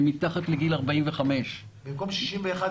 הם מתחת לגיל 45. במקום 61%,